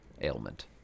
ailment